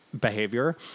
behavior